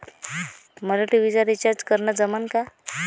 मले टी.व्ही चा रिचार्ज करन जमन का?